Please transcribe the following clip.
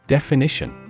Definition